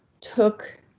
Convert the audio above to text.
took